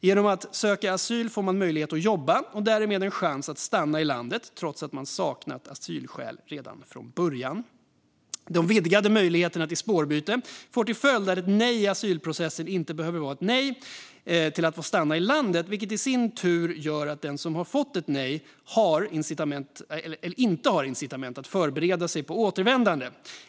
Genom att söka asyl får man möjlighet att jobba och därigenom en chans att stanna i landet trots att man saknat asylskäl redan från början. De vidgade möjligheterna till spårbyte får till följd att ett nej i asylprocessen inte behöver vara ett nej till att få stanna i landet, vilket i sin tur gör att den som har fått nej inte har incitament att förbereda sig på återvändande.